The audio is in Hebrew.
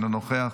אינו נוכח,